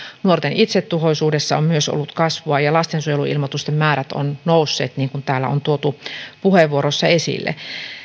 nuorten itsetuhoisuudessa on myös ollut kasvua ja lastensuojeluilmoitusten määrät ovat nousseet niin kuin täällä on tuotu puheenvuoroissa esille